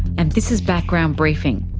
and this is background briefing.